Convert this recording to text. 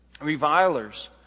revilers